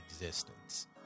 existence